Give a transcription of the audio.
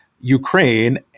Ukraine